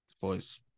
Boys